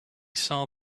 saw